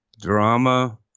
drama